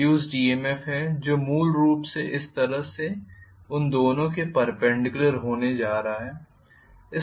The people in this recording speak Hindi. इंड्यूस्ड ईएमएफ है जो मूल रूप से इस तरह उन दोनों के पर्पेनडिक्युलर होने जा रहा है